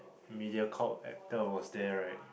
Mediacorp actor was there right